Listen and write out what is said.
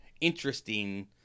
interesting